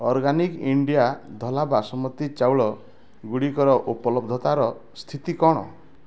organic India ଧଲା ବାସୁମତୀ ଚାଉଳ ଗୁଡ଼ିକର ଉପଲବ୍ଧତାର ସ୍ଥିତି କ'ଣ